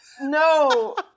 no